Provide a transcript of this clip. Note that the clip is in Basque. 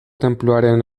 tenpluaren